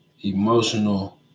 emotional